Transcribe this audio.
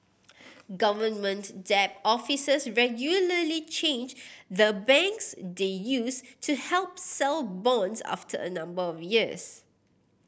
government debt officers regularly change the banks they use to help sell bonds after a number of years